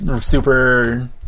super